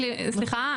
סליחה,